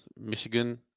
michigan